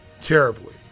terribly